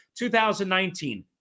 2019